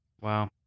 wow